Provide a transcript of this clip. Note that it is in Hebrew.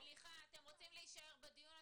סליחה, אתם רוצים להישאר בדיון?